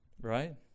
Right